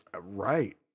right